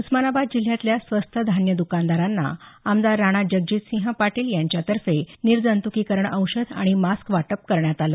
उस्मानाबाद जिल्ह्यातल्या स्वस्त धान्य दुकानदारांना आमदार राणाजगजितसिंह पाटील यांच्यातर्फे निर्जंतुकीकरण आणि मास्क वाटप करण्यात आलं